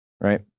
right